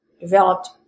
Developed